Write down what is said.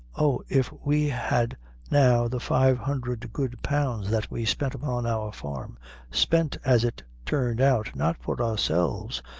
oh, if we had now the five hundre good pounds that we spent upon our farm spent, as it turned out, not for ourselves,